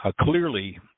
clearly